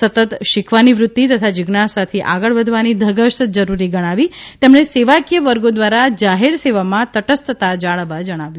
સતત શિખવાની વૃત્તિ તથા જીજ્ઞાસાથી આગળ વધવાની ધગશ જરૂરી ગણાવી તેમણે સેવાકીય વર્ગો દ્વારા જાહેર સેવામાં તટસ્થતા જાળવવા જણાવ્યું